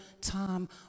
time